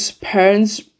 parents